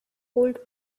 cold